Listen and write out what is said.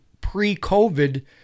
pre-COVID